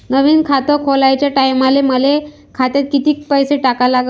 नवीन खात खोलाच्या टायमाले मले खात्यात कितीक पैसे टाका लागन?